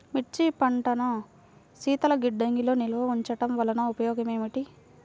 మిర్చి పంటను శీతల గిడ్డంగిలో నిల్వ ఉంచటం వలన ఉపయోగం ఏమిటి?